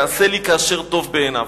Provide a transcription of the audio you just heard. יעשה לי כאשר טוב בעיניו".